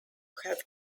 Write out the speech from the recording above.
have